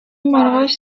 маргааш